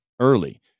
early